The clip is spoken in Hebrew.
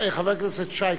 חבר הכנסת שי,